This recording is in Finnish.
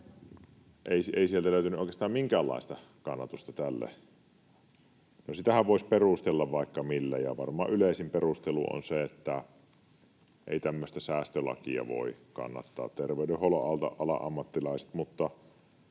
Ei sieltä löytynyt oikeastaan minkäänlaista kannatusta tälle. No, sitähän voisi perustella vaikka millä, ja varmaan yleisin perustelu on se, että eivät tämmöistä säästölakia voi kannattaa terveydenhuollon alan ammattilaiset,